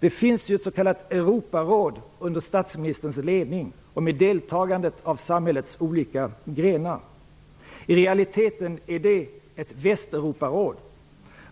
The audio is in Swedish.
Det finns ju ett s.k. Europaråd under statsministerns ledning och med deltagande av samhällets olika grenar. I realiteten är det ett Västeuroparåd.